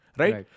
right